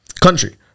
country